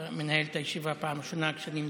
אתה מנהל את הישיבה פעם ראשונה כשאני מדבר,